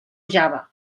java